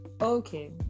okay